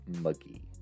muggy